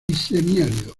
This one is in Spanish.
semiárido